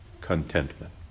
contentment